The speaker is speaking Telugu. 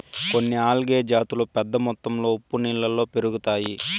కొన్ని ఆల్గే జాతులు పెద్ద మొత్తంలో ఉప్పు నీళ్ళలో పెరుగుతాయి